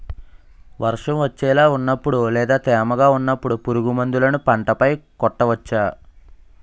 వర్షం వచ్చేలా వున్నపుడు లేదా తేమగా వున్నపుడు పురుగు మందులను పంట పై కొట్టవచ్చ?